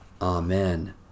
Amen